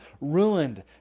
ruined